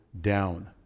down